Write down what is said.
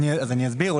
אני אסביר.